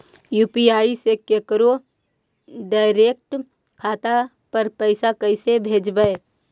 UPI से केकरो direct खाता पर पैसा कैसे भेजबै?